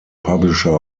publisher